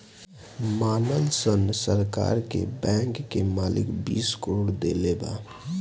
मानल सन सरकार के बैंक के मालिक बीस करोड़ देले बा